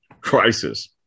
crisis